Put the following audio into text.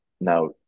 now